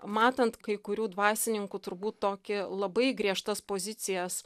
matant kai kurių dvasininkų turbūt tokį labai griežtas pozicijas